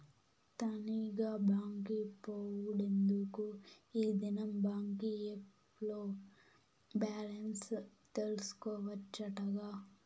తనీగా బాంకి పోవుడెందుకూ, ఈ దినం బాంకీ ఏప్ ల్లో బాలెన్స్ తెల్సుకోవచ్చటగా